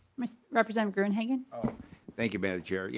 representative gruenhagen thank you mme. and chair. yeah